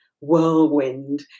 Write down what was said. whirlwind